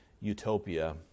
utopia